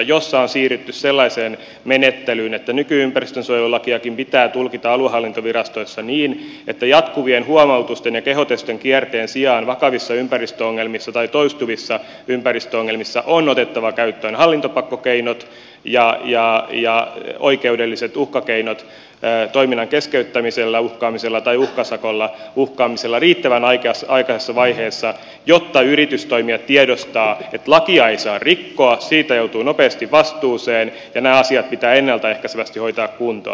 siinä on siirrytty sellaiseen menettelyyn että nykyistä ympäristönsuojelulakiakin pitää tulkita aluehallintovirastoissa niin että jatkuvien huomautusten ja kehotusten kierteen sijaan toistuvissa ympäristöongelmissa on otettava käyttöön hallintopakkokeinot ja oikeudelliset uhkakeinot toiminnan keskeyttämisellä uhkaamisella tai uhkasakolla uh kaamisella riittävän aikaisessa vaiheessa jotta yritystoimijat tiedostavat että lakia ei saa rikkoa siitä joutuu nopeasti vastuuseen ja nämä asiat pitää ennalta ehkäisevästi hoitaa kuntoon